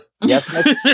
yes